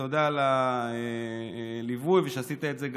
תודה על הליווי ושעשית את זה.